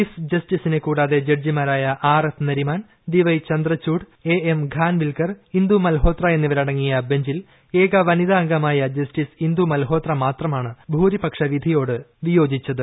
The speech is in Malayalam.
ചീഫ് ജസ്റ്റിസനെ കൂടാതെ ജഡ്ജിമാരായ R F Nariman D Y Chandrachud A M Khanwilkar Indu Malhotra എന്നിവരടങ്ങിയ ബഞ്ചിൽ ഏക വനിതാ അംഗമായ ജസ്റ്റിസ് ഇന്ദു മൽഹോത്ര മാത്രമാണ് ഭൂരിപക്ഷ വിധിയോട് വിയോജിച്ചത്